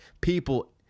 people